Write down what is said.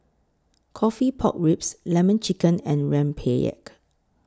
Coffee Pork Ribs Lemon Chicken and Rempeyek